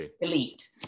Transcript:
elite